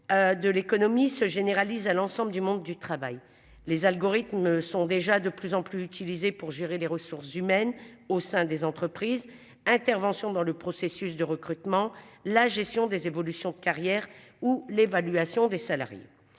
De l'économie se généralise à l'ensemble du monde du travail les algorithmes sont déjà de plus en plus utilisée pour gérer les ressources humaines au sein des entreprises. Intervention dans le processus de recrutement, la gestion des évolutions de carrière ou l'évaluation des salariés